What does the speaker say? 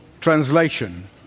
translation